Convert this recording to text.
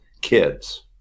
kids